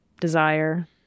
desire